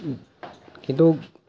কিন্তু